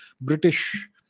british